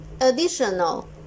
additional